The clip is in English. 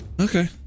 Okay